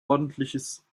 ordentliches